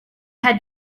had